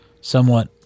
somewhat